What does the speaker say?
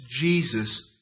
Jesus